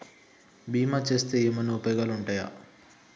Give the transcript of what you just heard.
బీమా చేస్తే ఏమన్నా ఉపయోగాలు ఉంటయా?